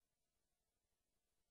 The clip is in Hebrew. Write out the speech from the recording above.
מעמד